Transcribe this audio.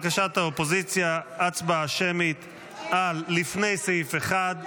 לבקשת האופוזיציה הצבעה שמית על לפני סעיף 1,